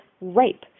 rape